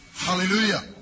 Hallelujah